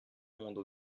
monde